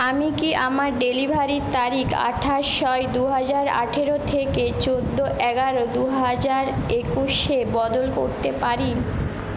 আমি কি আমার ডেলিভারির তারিখ আঠাশ ছয় দু হাজার আঠেরো থেকে চোদ্দ এগারো দু হাজার একুশে বদল করতে পারি